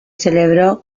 celebró